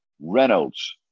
Reynolds